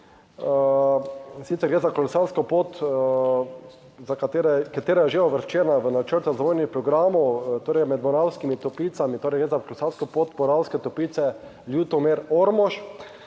sicer gre za kolesarsko pot katera je že uvrščena v načrt razvojnih programov, torej med Moravskimi toplicami, torej gre za kolesarsko pot Moravske toplice, Ljutomer, Ormož